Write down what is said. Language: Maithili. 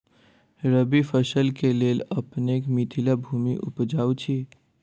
रबी फसल केँ लेल अपनेक मिथिला भूमि उपजाउ छै